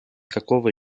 какого